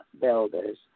Builders